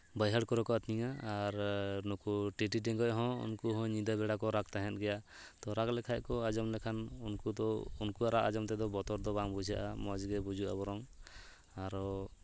ᱵᱟᱹᱭᱦᱟᱹᱲ ᱠᱚᱨᱮ ᱟᱹᱛᱤᱧᱟ ᱟᱨ ᱱᱩᱠᱩ ᱴᱤᱴᱤ ᱴᱮᱝᱜᱚᱡ ᱦᱚᱸ ᱩᱱᱠᱩ ᱦᱚᱸ ᱧᱤᱫᱟᱹ ᱵᱮᱲᱟ ᱠᱚ ᱨᱟᱜ ᱛᱟᱦᱮᱱ ᱜᱮᱭᱟ ᱛᱳ ᱨᱟᱜ ᱞᱮᱠᱷᱟᱱ ᱠᱚ ᱟᱸᱡᱚᱢ ᱞᱮᱠᱷᱟᱱ ᱩᱱᱠᱩ ᱫᱚ ᱩᱱᱠᱩᱣᱟᱜ ᱨᱟᱜ ᱟᱸᱡᱚᱢ ᱛᱮᱫᱚ ᱵᱚᱛᱚᱨ ᱫᱚ ᱵᱟᱝ ᱵᱩᱡᱷᱟᱹᱜᱼᱟ ᱢᱚᱡᱽ ᱜᱮ ᱵᱩᱡᱷᱟᱹᱜᱼᱟ ᱵᱚᱨᱚᱝ ᱟᱨᱚ